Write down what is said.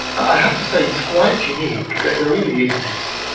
i have to say, it's quite unique. there really isn't